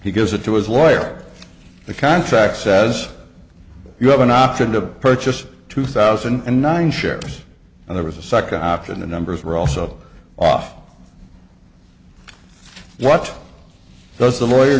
he gives it to his lawyer the contract says you have an option to purchase two thousand and nine shares and there was a second option the numbers were also off what does the lawyer